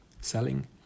Selling